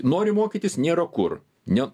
noriu mokytis nėra kur ne